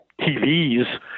TVs